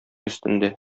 өстендә